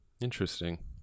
Interesting